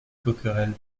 coquerel